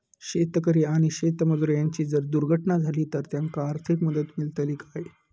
शेतकरी आणि शेतमजूर यांची जर दुर्घटना झाली तर त्यांका आर्थिक मदत मिळतली काय?